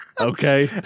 Okay